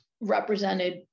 represented